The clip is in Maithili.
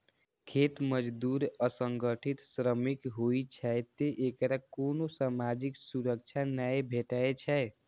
खेत मजदूर असंगठित श्रमिक होइ छै, तें एकरा कोनो सामाजिक सुरक्षा नै भेटै छै